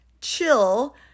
chill